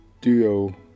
DUO